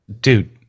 Dude